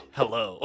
Hello